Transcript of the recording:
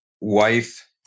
Wife